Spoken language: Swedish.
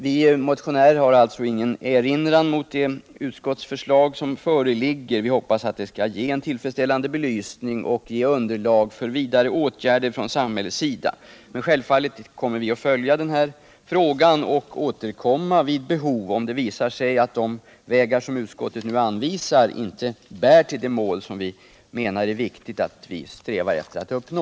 Vi motionärer har alltså ingen erinran mot det utskottsförslag som föreligger. Vi hoppas att det skall ge frågan en tillfredsställande belysning och skapa underlag för vidare åtgärder från samhällets sida. Men självfallet skall vi följa frågan och återkomma om det visar sig att de vägar som utskottet nu anvisar inte leder till det mål som vi menar är viktigt att uppnå.